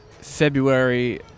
February –